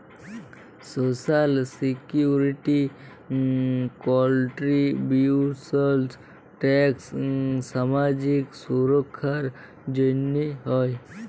social security contributions tax সামাজিক সুরক্ষার জ্যনহে হ্যয়